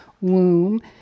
womb